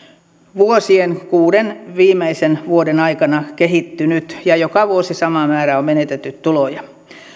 vuosien kuuden viimeisen vuoden aikana kehittynyt ja joka vuosi sama määrä on menetetty tuloja